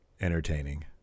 entertaining